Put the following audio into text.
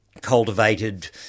cultivated